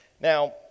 Now